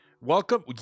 Welcome